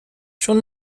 چون